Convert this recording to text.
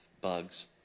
bugs